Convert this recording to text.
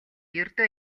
ердөө